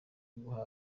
uguha